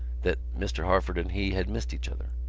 that mr. harford and he had missed each other.